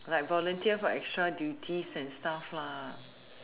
like volunteer for extra duties and stuff lah